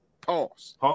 Pause